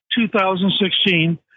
2016